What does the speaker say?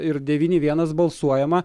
ir devyni vienas balsuojama